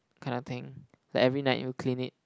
kind of thing like every night you'll clean it